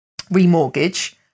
remortgage